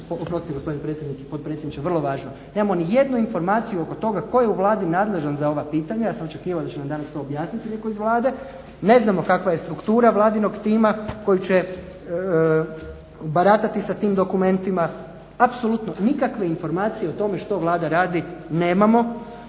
oprostite gospodine predsjedniče, potpredsjedniče, vrlo važno, nemamo niti jednu informacija oko toga tko je u Vladi nadležan za ova pitanja ja sam očekivao da će nam danas to objasniti netko iz Vlade, ne znamo kakva je struktura Vladinog tima koji će baratati sa tim dokumentima. Apsolutno nikakve informacije o tome što Vlada radi nemamo.